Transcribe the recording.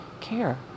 care